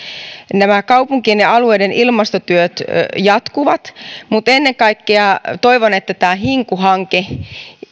nämä kaupunkien ja alueiden ilmastotyöt jatkuvat mutta ennen kaikkea toivon että tämä hinku hanke